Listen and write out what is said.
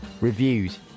reviews